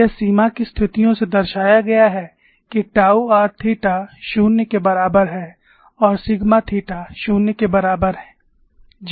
यह सीमा की स्थितियों से दर्शाया गया है कि टाऊ r थीटा 0 के बराबर है और सिग्मा थीटा 0 के बराबर हैं